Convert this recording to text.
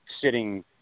sitting